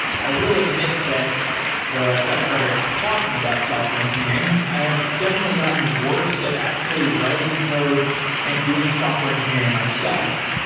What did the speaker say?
i will admit that though i've gotten better at talking about software engineering, i have definitely gotten worse at actually writing code and doing software engineering engineering myself.